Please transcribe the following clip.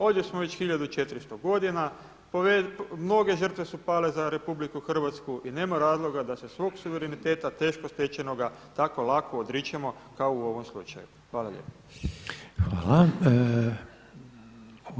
Ovdje smo već 1400 godina, mnoge žrtve su pale za RH i nema razloga da se svog suvereniteta teško stečenoga tako lako odričemo kao u ovom slučaju.